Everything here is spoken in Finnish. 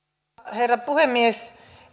herra puhemies